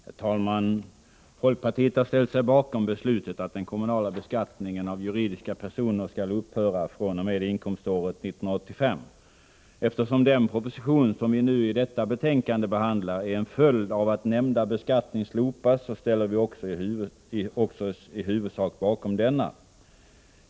Herr talman! Folkpartiet har ställt sig bakom beslutet att den kommunala beskattningen av juridiska personer skall upphöra fr.o.m. inkomståret 1985. Eftersom den proposition som vi behandlar i betänkande 23 är en följd av att nämnda beskattning slopas, ställer vi oss också i huvudsak bakom denna.